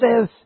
says